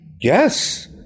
Yes